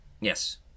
Yes